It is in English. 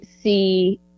see